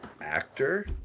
actor